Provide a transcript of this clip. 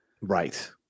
Right